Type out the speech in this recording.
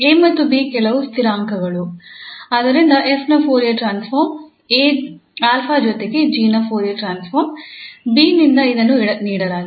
𝑎 ಮತ್ತು 𝑏 ಕೆಲವು ಸ್ಥಿರಾಂಕಗಳು ಆದ್ದರಿಂದ 𝑓 ನ ಫೋರಿಯರ್ ಟ್ರಾನ್ಸ್ಫಾರ್ಮ್ 𝑎 ಜೊತೆಗೆ 𝑔 ನ ಫೋರಿಯರ್ ಟ್ರಾನ್ಸ್ಫಾರ್ಮ್ 𝑏 ನಿಂದ ಇದನ್ನು ನೀಡಲಾಗಿದೆ